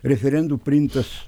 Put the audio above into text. referendumu priimtas